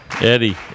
Eddie